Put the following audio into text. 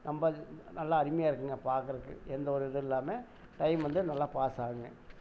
ரொம்ப நல்லா அருமையாக இருக்குங்க பார்க்குறக்கு எந்த ஒரு இதுவும் இல்லாமல் டைம் வந்து நல்லா பாஸ் ஆகுங்க